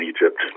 Egypt